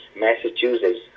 Massachusetts